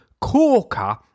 corker